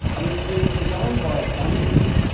i mean, it's been designed by a dunderhead.